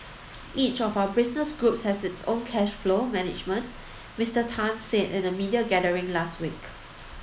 each of our business groups has its own cash flow management Mister Tan said in a media gathering last week